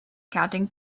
counting